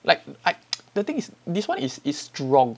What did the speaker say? like I the thing is this one is is strong